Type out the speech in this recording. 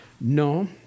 No